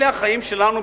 אלה החיים שלנו,